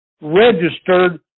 registered